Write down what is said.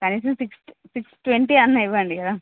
కనీసం six six twenty అయినా ఇవ్వండి కదా